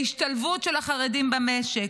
להשתלבות של החרדים במשק.